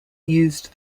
used